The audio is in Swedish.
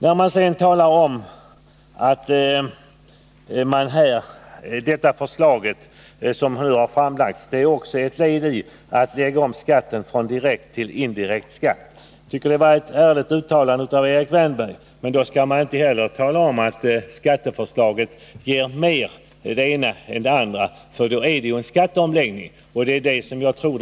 Erik Wärnberg talar vidare om att det förslag som socialdemokraterna nu har lagt fram också är ett led i strävan att lägga om skatten från direkt till indirekt skatt. Jag tycker det var ett ärligt uttalande av Erik Wärnberg. Men då skall man inte tala om att det ena skatteförslaget ger mer än det andra, för det är ju en skatteomläggning socialdemokraterna har föreslagit.